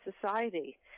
society